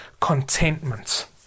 contentment